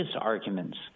arguments